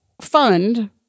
fund